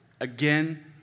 again